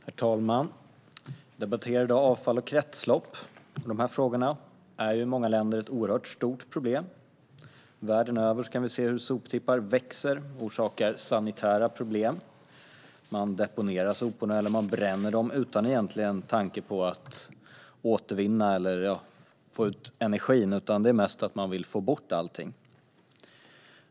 Herr talman! Vi debatterar i dag avfall och kretslopp. Dessa frågor är i många länder ett oerhört stort problem. Världen över kan vi se hur soptippar växer och orsakar sanitära problem. Man deponerar eller bränner soporna utan någon egentlig tanke på att återvinna eller få ut energi. Det handlar mest om att man vill få bort allting.